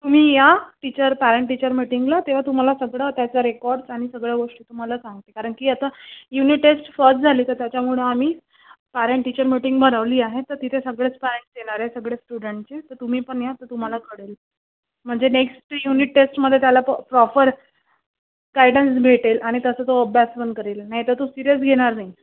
तुम्ही या teacher parent teacher मीटिंगला तेव्हा तुम्हाला सगळं त्याचं रेकॉर्डस आणि सगळं गोष्टी तुम्हाला सांगते कारण की आता युनिट टेस्ट फर्स्ट झाली तर त्याच्यामुळे आम्ही पॅरेंट टीचर मीटिंग भरवली आहे तर तिथे सगळेच पॅरेंटस येणार आहे सगळे स्टुडेंटसचे तर तुम्ही पण या तर तुम्हाला कळेल म्हणजे नेक्स्ट युनिट टेस्टमध्ये त्याला प्रॉपर गायडन्स भेटेल आणि तसं तो अभ्यास पण करेल नाहीतर तो सीरियस घेणार नाही